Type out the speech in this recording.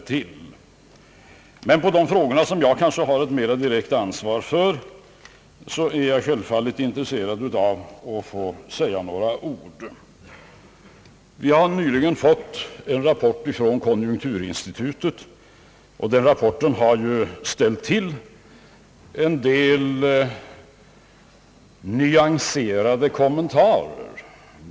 Med anledning av de frågor som jag har ett mera direkt ansvar för är jag självfallet intresserad av att få säga några ord. Vi har nyligen fått en rapport från konjunkturinstitutet, och den rapporten har förorsakat en del nyanserade kommentarer.